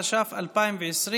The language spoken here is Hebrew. התש"ף 2020,